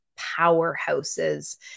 powerhouses